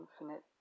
infinite